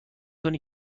کنی